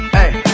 Hey